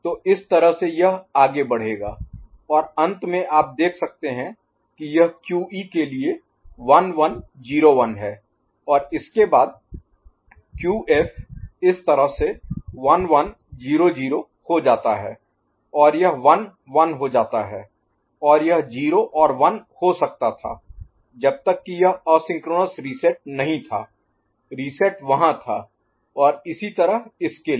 तो इस तरह से यह आगे बढ़ेगा और अंत में आप देख सकते हैं कि यह QE के लिए 1101 है और इसके बाद Q F इस तरह से 1100 हो जाता है और यह 1 1 हो जाता है और यह 0 और 1 हो सकता था जब तक कि यह असिंक्रोनस रीसेट नहीं था रीसेट वहाँ था और इसी तरह इसके लिए